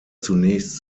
zunächst